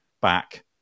back